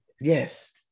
Yes